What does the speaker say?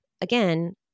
Again